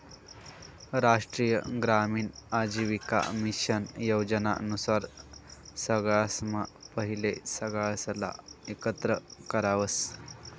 राष्ट्रीय ग्रामीण आजीविका मिशन योजना नुसार सगळासम्हा पहिले सगळासले एकत्र करावस